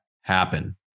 happen